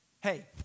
Hey